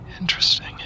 Interesting